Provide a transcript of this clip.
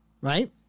right